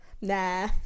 nah